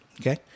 Okay